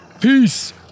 Peace